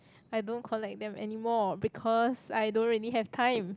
I don't collect them anymore because I don't really have time